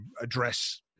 address